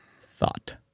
Thought